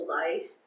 life